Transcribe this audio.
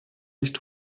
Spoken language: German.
nicht